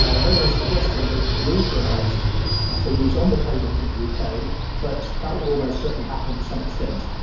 ah no one's suggesting they should be authorised for use on the pavement in the uk but that will almost certainly happen, to some extent.